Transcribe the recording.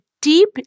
deep